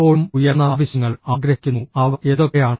ഇപ്പോഴും ഉയർന്ന ആവശ്യങ്ങൾ ആഗ്രഹിക്കുന്നു അവ എന്തൊക്കെയാണ്